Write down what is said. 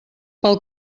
pel